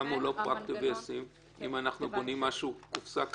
למה הוא לא פרקטי וישים אם אנחנו בונים קופסה כזאת?